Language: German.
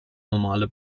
normale